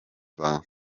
war